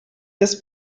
das